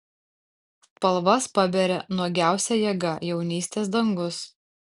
spalvas paberia nuogiausia jėga jaunystės dangus